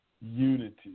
unity